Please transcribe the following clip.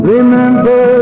Remember